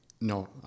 No